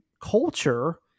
culture